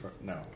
no